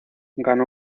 ganó